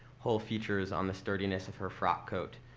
whole features on the sturdiness of her frock coat,